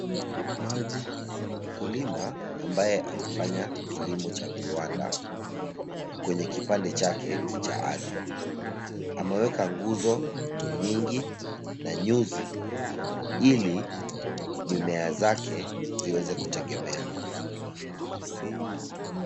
Mkulima ambaye anafanya kilimo cha viwanda. Kwenye kipande chake cha ardhi. Ameweka nguzo nyingi na nyuzi ili mimea zake ziweze kutegemea.